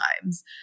times